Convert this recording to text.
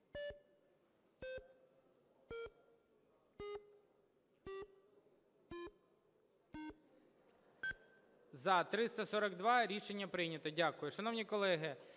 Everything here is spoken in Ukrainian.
За – 342 Рішення прийнято. Дякую. Шановні колеги,